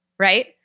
right